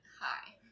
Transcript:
Hi